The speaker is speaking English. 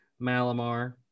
Malamar